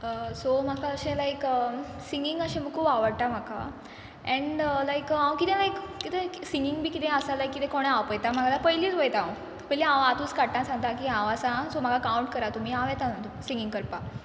so म्हाका अशें like singing अशें खूब आवडटा म्हाका एंड लायक हांव किदें लायक किदें सिंगींग बी किदें आसा लायक किदें कोणय आपयता म्हाका आल्या पयलीत वयता हांव पयली हांव काडटा सांगता की हांव आसा आं सो म्हाका कावंट करा तुमी हांव येता तूं सिंगींग करपा